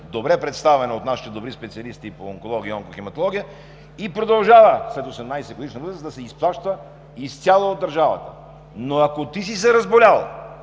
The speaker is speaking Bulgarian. добре представена от нашите добри специалисти по онкология и онкохематология и продължава след 18-годишна възраст да се изплаща изцяло от държавата. Но ако ти си се разболял